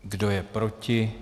Kdo je proti?